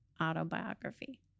autobiography